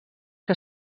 que